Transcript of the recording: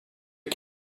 can